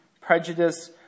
prejudice